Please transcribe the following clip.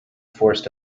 forced